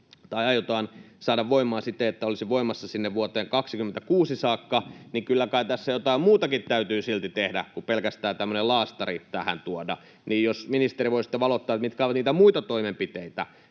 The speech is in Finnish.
aiotaan saada voimaan siten, että se olisi voimassa sinne vuoteen 26 saakka, niin kyllä kai tässä jotain muutakin täytyy silti tehdä kuin pelkästään tämmöinen laastari tähän tuoda. Jos, ministeri, voisitte valottaa, mitkä ovat niitä muita toimenpiteitä.